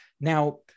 Now